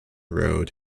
road